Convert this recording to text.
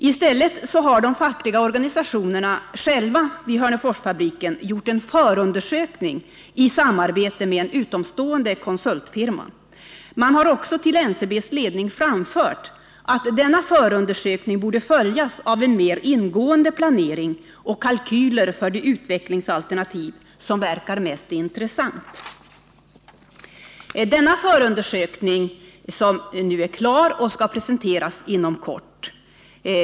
I stället har de fackliga organisationerna vid Hörneforsfabriken själva gjort en förundersökning i samarbete med en utomstående konsultfirma. Man har också till NCB:s ledning framfört att denna förundersökning borde följas av en mer ingående planering av och kalkyler för det utvecklingsalternativ som verkar mest intressant. Denna förundersökning är nu klar och skall presenteras inom kort.